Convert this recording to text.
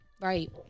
Right